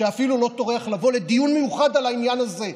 שאפילו לא טורח לבוא לדיון מיוחד על העניין הזה,